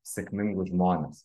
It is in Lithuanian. sėkmingus žmones